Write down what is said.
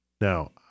Now